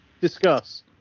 Discuss